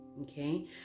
Okay